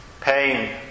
pain